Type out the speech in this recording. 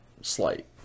Slight